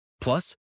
Plus